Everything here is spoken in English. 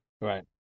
Right